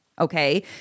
Okay